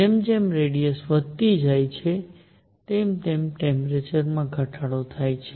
જેમ જેમ રેડીયસ વધતી જાય છે તેમ તેમ ટેમ્પરેચર માં ઘટાડો થાય છે